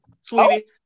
sweetie